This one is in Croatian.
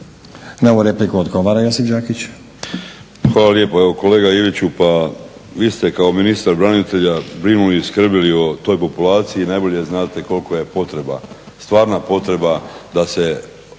Na ovu repliku odgovara Josip Đakić. **Đakić, Josip (HDZ)** Hvala lijepo. Evo kolega Iviću pa vi ste kao ministar branitelja brinuli i skrbili o toj populaciji i najbolje znate koliko je potreba, stvarna potreba da se ovom